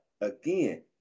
again